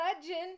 legend